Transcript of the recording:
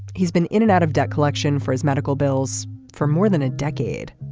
he's been in and out of debt collection for his medical bills for more than a decade.